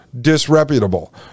disreputable